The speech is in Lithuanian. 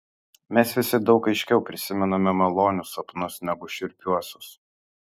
mes visi daug aiškiau prisimename malonius sapnus negu šiurpiuosius